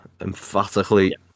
emphatically